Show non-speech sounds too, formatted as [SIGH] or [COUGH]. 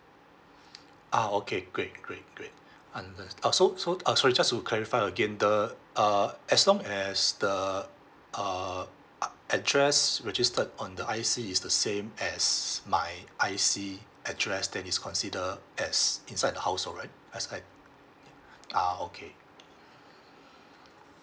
[BREATH] ah okay great great great unders~ uh so so uh sorry just to clarify again the uh as long as the uh ugh address registered on the I_C is the same as my I_C address then is consider as inside the household right as I [NOISE] ah okay